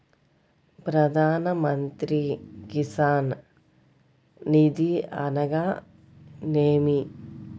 ప్రధాన మంత్రి కిసాన్ నిధి అనగా నేమి?